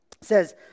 says